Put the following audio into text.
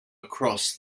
across